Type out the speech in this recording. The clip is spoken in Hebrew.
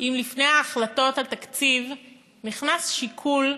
אם לפני החלטות על תקציב נכנס שיקול,